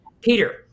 Peter